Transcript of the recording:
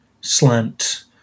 slant